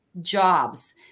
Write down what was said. jobs